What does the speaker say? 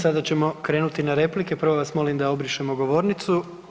Sada ćemo krenuti na replike, prvo vas molim da obrišemo govornicu.